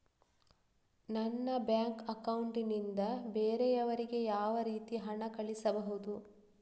ನನ್ನ bank account ನಿಂದ ಬೇರೆಯವರಿಗೆ ಯಾವ ರೀತಿ ಹಣ ಕಳಿಸಬಹುದು?